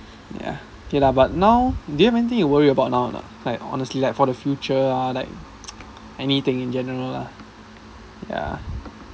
ya okay lah but now do you have anything you worry about now or not like honestly like for the future ah like anything in general lah ya